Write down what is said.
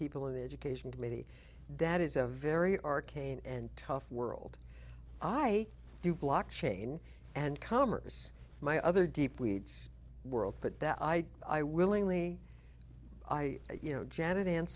the education committee that is a very arcane and tough world i do block chain and commerce my other deep weeds world but that i i willingly i you know janet and